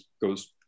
goes